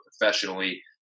professionally